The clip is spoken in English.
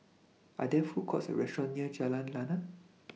Are There Food Courts Or restaurants near Jalan Lana